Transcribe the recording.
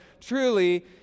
truly